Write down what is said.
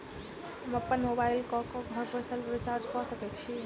हम अप्पन मोबाइल कऽ घर बैसल कोना रिचार्ज कऽ सकय छी?